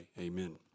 amen